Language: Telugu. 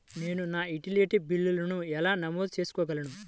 నేను నా యుటిలిటీ బిల్లులను ఎలా నమోదు చేసుకోగలను?